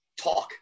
talk